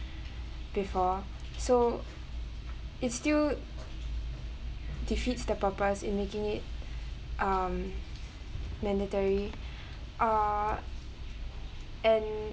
before so it still defeats the purpose in making it um mandatory uh and